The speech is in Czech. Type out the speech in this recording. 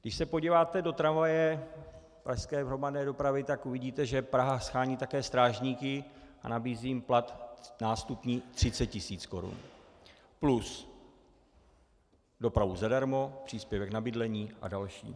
Když se podíváte do tramvaje pražské hromadné dopravy, tak uvidíte, že Praha shání také strážníky a nabízí jim nástupní plat 30 tisíc korun plus dopravu zadarmo, příspěvek na bydlení a další.